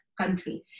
country